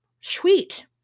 Sweet